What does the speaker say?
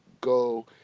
go